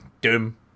Doom